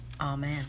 Amen